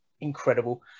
incredible